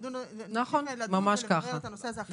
ממש כך.